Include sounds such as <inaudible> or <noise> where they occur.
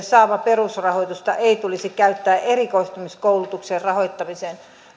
<unintelligible> saamaa perusrahoitusta ei tulisi käyttää erikoistumiskoulutuksen rahoittamiseen